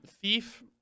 Thief